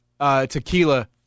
tequila